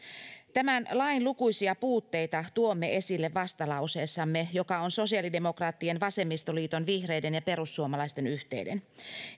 tämän lain lukuisia puutteita tuomme esille vastalauseessamme joka on sosiaalidemokraattien vasemmistoliiton vihreiden ja perussuomalaisten yhteinen